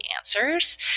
answers